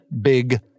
big